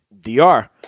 DR